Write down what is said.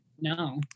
No